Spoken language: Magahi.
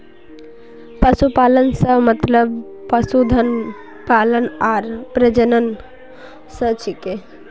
पशुपालन स मतलब पशुधन पालन आर प्रजनन स छिके